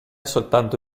soltanto